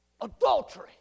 Adultery